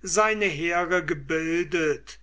seine heere gebildet